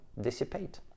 dissipate